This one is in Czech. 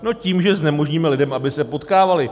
No tím, že znemožníme lidem, aby se potkávali.